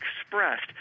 expressed